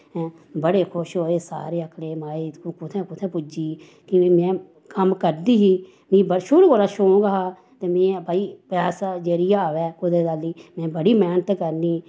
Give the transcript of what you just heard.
हैं बड़े खुश होए सारे आक्खन लगे माए कत्थें कुत्थें कुत्थें पुज्जी क्योंकि नें कम्म करदी ही मिगी बड़ा शुरु कोला शौक हा ते में भाई पैसा जरिया अवै कुदै दा बी में बड़ी मैह्नत करनी